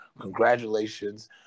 Congratulations